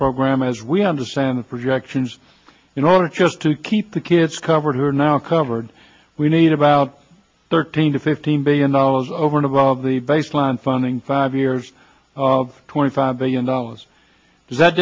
program as we understand the projections in order just to keep the kids covered who are now covered we need about thirteen to fifteen billion dollars over and above the baseline funding five years twenty five billion dollars does that